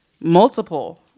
multiple